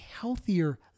healthier